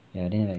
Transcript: orh then like